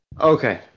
Okay